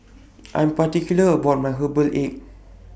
I'm particular about My Herbal Egg